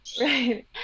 right